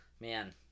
man